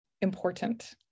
important